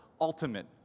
ultimate